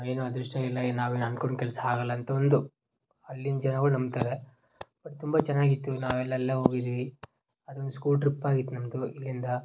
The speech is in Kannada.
ಏನು ಅದೃಷ್ಟ ಇಲ್ಲ ಎ ನಾವೇನು ಅನ್ಕೊಂಡ ಕೆಲಸ ಆಗೋಲ್ಲ ಅಂತ ಒಂದು ಅಲ್ಲಿನ ಜನಗಳು ನಂಬ್ತಾರೆ ಬಟ್ ತುಂಬ ಚೆನ್ನಾಗಿತ್ತು ನಾವೆಲ್ಲ ಅಲ್ಲಿಯೇ ಹೋಗಿದೀವಿ ಅದೊಂದು ಸ್ಕೂಲ್ ಟ್ರಿಪ್ ಆಗಿತ್ತು ನಮ್ಮದು ಇಲ್ಲಿಂದ